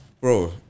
bro